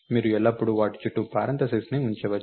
మీరు ఎల్లప్పుడూ వాటి చుట్టూ పారాన్తసిస్ ని ఉంచవచ్చు